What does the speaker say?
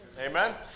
amen